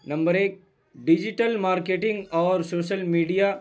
number ایک digital marketing اور social media